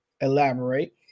Elaborate